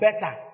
better